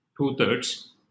two-thirds